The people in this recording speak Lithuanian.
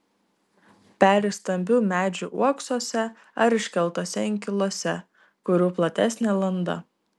peri stambių medžių uoksuose ar iškeltuose inkiluose kurių platesnė landa